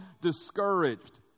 discouraged